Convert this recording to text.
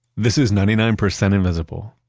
this is ninety nine percent invisible.